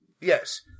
Yes